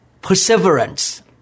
perseverance